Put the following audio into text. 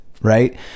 right